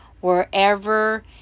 wherever